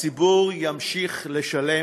הציבור ימשיך לשלם,